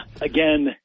Again